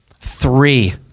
Three